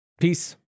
Peace